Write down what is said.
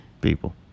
people